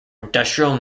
industrial